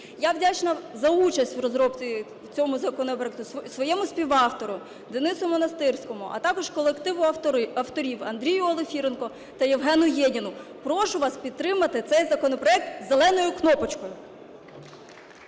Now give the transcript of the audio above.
Я вдячна за участь в розробці в цьому... своєму співавтору Денису Монастирському, а також колективу авторів: Андрію Олефіренку та Євгену Єніну. Прошу вас підтримати цей законопроект зеленою кнопочкою.